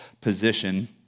position